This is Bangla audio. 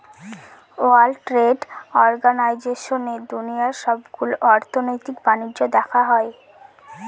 ওয়ার্ল্ড ট্রেড অর্গানাইজেশনে দুনিয়ার সবগুলো অর্থনৈতিক বাণিজ্য দেখা হয়